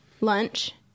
lunch